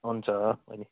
हुन्छ अहिले